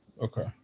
Okay